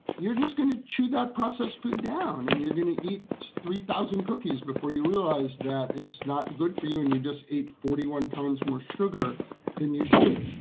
you're just going to chew that processed food down and you're going to eat three thousand cookies before you realize that it's not good for you and you just eat forty one times more sugar than you should.